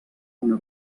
una